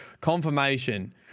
confirmation